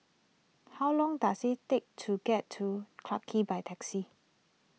how long does it take to get to Clarke Quay by taxi